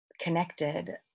connected